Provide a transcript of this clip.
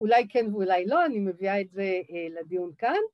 ‫אולי כן ואולי לא, ‫אני מביאה את זה לדיון כאן.